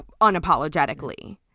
unapologetically